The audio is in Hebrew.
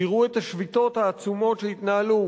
תראו את השביתות העצומות שהתקיימו,